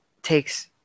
takes